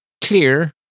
clear